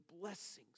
blessings